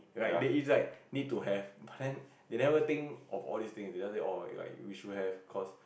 like they is like need to have but then they never think of all these things they just say orh like you should have cause